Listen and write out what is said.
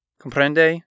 Comprende